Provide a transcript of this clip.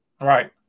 Right